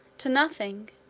to nothing